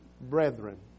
brethren